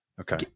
Okay